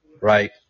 Right